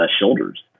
shoulders